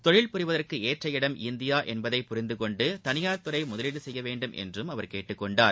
தொழில் புரிவதற்கு ஏற்ற இடம் இந்தியா என்பதை புரிந்துகொண்டு தனியார் துறை முதலீடு செய்யவேண்டும் என்றும் அவர் கேட்டுக்கொண்டார்